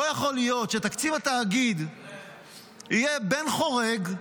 לא יכול להיות שתקציב התאגיד יהיה בן חורג,